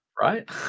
right